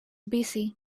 busy